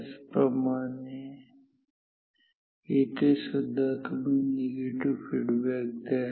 त्याच प्रमाणे येथे सुद्धा तुम्ही निगेटिव्ह फीडबॅक द्या